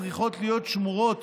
צריכות להיות שמורות